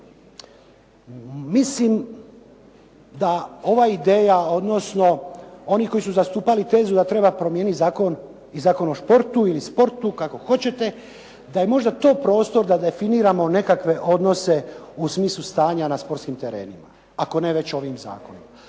mislim da ova ideja, odnosno oni koji su zastupali tezu da treba promijeniti zakon, i Zakon o športu ili sportu kako hoćete, da je možda to prostor da definiramo nekakve odnose u smislu stanja na sportskim terenima ako ne već ovim zakonom.